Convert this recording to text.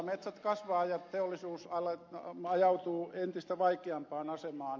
metsät kasvavat ja teollisuus ajautuu entistä vaikeampaan asemaan